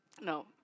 no